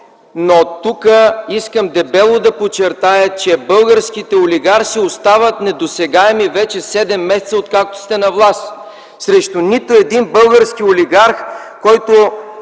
Тук искам дебело да подчертая, че българските олигарси остават недосегаеми вече седем месеца, откакто сте на власт. Срещу нито един български олигарх, който е